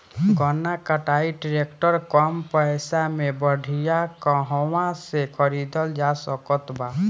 गन्ना कटाई ट्रैक्टर कम पैसे में बढ़िया कहवा से खरिदल जा सकत बा?